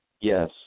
Yes